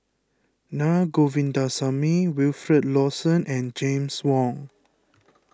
Na Govindasamy Wilfed Lawson and James Wong